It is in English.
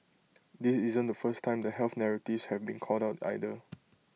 this isn't the first time the health narratives have been called out either